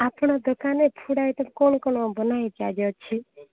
ଆପଣ ଦୋକାନରେ କ'ଣ କ'ଣ ବନା ହୋଇଛି ଆଜି ଅଛି